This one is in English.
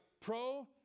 pro